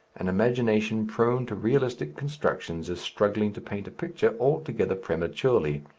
an imagination prone to realistic constructions is struggling to paint a picture altogether prematurely.